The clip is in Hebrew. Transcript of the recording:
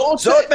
לא רוצה.